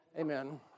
Amen